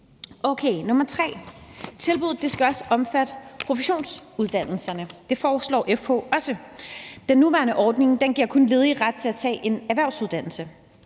Okay, for det tredje. Tilbuddet skal også omfatte professionsuddannelserne; det foreslår FH også. Den nuværende ordning giver kun ledige ret til at tage en erhvervsuddannelse,